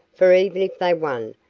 for even if they won,